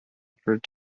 referred